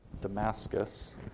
Damascus